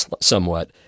somewhat